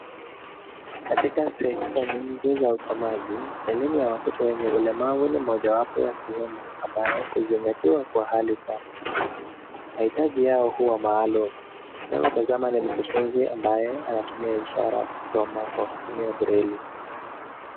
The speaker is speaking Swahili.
Katika sehemu nyingi za usomaji, elimu ya watoto wenye ulemavu ni mojawapo wa sehemu ambayo zimetiwa kwa hali safi. Mahitaji yao huwa maalum. Tunayomtazama ni mkufunzi ambaye anatumia ishara kusoma kwa kutumia breli.